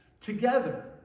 together